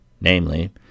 Namely